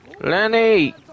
Lenny